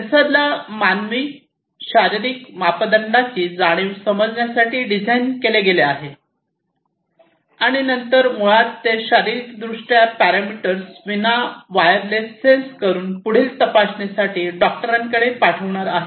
सेन्सरला मानवी शारिरीक मापदंडांची जाणीव समजण्यासाठी डिझाईन केले गेले आहे आणि नंतर मुळात ते शारीरिक दृष्ट्या पॅरामीटर्स विना वायरलेस सेन्स करून पुढील तपासणी साठी डॉक्टरांकडे पाठवणार आहेत